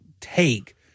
take